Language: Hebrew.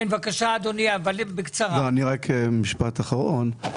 משפט אחרון.